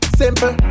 simple